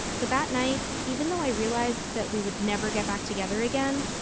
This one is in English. but that night, even though i realized that we would never get back together again,